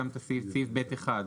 גם את סעיף ב(1),